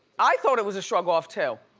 i thought it was a shrug off too.